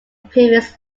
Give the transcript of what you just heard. previous